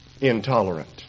intolerant